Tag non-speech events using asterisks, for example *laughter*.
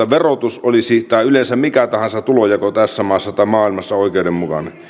*unintelligible* verotus olisi tai yleensä mikä tahansa tulonjako tässä maassa tai maailmassa oikeudenmukainen